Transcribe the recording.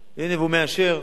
נכון,